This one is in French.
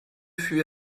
fut